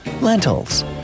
Lentils